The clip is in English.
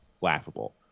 laughable